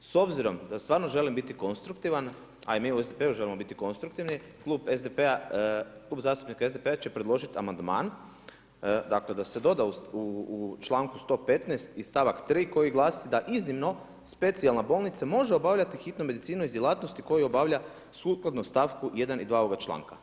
S obzirom da stvarno želim biti konstruktivan, a i mi u SDP-u želimo biti konstruktivni, Klub zastupnika SDP-a će predložiti amandman dakle da se doda u članku 115. i stavak 3. koji glasi da iznimno specijalna bolnica može obavljati hitnu medicinu iz djelatnosti koje obavlja sukladno stavku 1. i 2. ovoga članka.